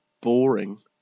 boring